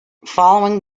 following